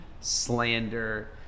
slander